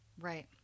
Right